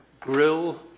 grill